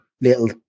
little